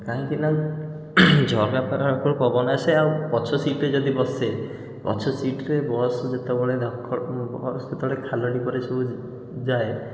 କାହିଁକିନା ଝରକା ପାଖରେ ପବନ ଆସେ ଆଉ ପଛ ସିଟ୍ରେ ଯଦି ବସେ ପଛ ସିଟ୍ରେ ବସ୍ ଯେତେବେଳେ ଧକଡ଼ ମୁଁ ମୋର ସେତେବେଳେ ଖାଲ ଢିପରେ ସବୁ ଯା ଯାଏ